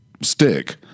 stick